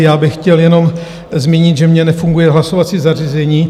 Já bych chtěl jenom zmínit, že mně nefunguje hlasovací zařízení.